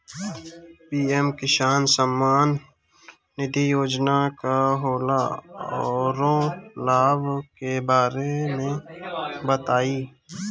PM किसान सम्मान निधि योजना का होला औरो लाभ के बारे में बताई?